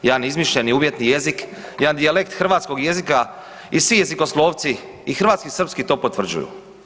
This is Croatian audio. Jedan izmišljeni, uvjetni jezik, jedan dijalekt hrvatskog jezika i svi jezikoslovci i hrvatski i srpski, to potvrđuju.